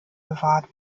bewahrt